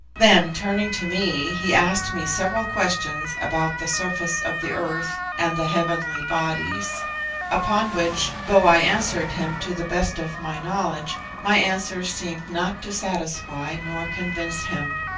then, turning to me, he asked me several questions about the surface of the earth and the heavenly bodies upon which, though i answered him to the best of my knowledge, my answers seemed not to satisfy nor convince him.